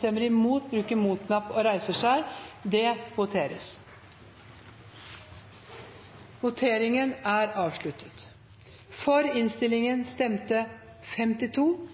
stemmer imot. Vi er jo 104 representanter. Ja, det er 104, og det er